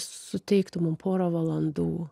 suteiktų mum porą valandų